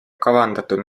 kavandatud